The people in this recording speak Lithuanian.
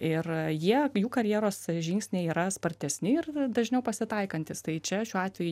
ir jie jų karjeros žingsniai yra spartesni ir dažniau pasitaikantys tai čia šiuo atveju